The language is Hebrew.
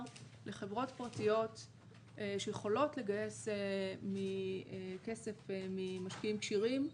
לחברות פרטיות שיכולות לגייס כסף ממשקיעים כשירים.